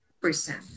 percent